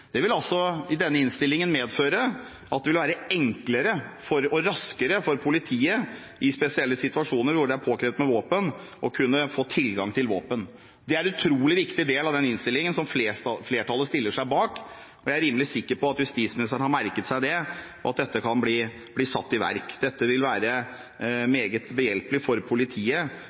Det vil, i samsvar med det som står i innstillingen, medføre at det vil være enklere og raskere for politiet i spesielle situasjoner, hvor det er påkrevd med våpen, å kunne få tilgang til våpen. Det er en utrolig viktig del av denne innstillingen, som flertallet stiller seg bak, og jeg er rimelig sikker på at justisministeren har merket seg at dette kan bli satt i verk. Dette vil være